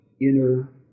inner